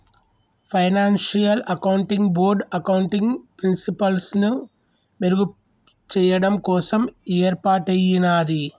financial accounting board accounting ప్రిన్సిపల్స్ని మెరుగుచెయ్యడం కోసం యేర్పాటయ్యినాది